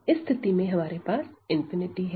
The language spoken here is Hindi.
इस स्थिति में हमारे पास है